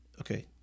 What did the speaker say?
Okay